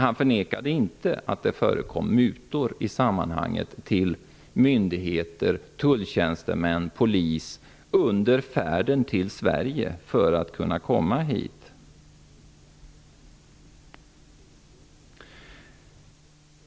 Han förnekade inte att det i sammanhanget, under färden till Sverige, förekom mutor till myndigheter, tulltjänstemän och polis, mutor som betalades för att flyktingarna skulle kunna komma hit.